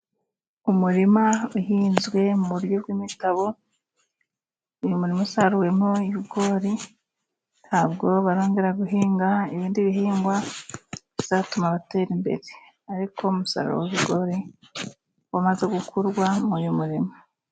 Umurima uhinzwe mu buryo bw'imitabo . Uyu murima wasaruwemo ibigori, ntabwo barongera guhinga ibindi bihingwa bizatuma batera imbere. Ariko umusaruro w'ibigori wamaze gukurwa muri uyu murima.